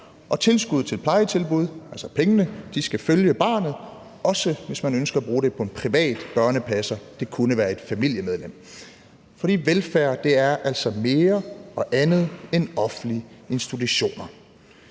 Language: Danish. tilskuddet til plejetilbud, altså pengene, skal følge barnet, også hvis man ønsker at bruge det på en privat børnepasser – det kunne være et familiemedlem. For velfærd er altså mere og andet end offentlige institutioner.